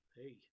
hey